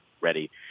ready